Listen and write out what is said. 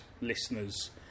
listeners